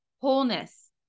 wholeness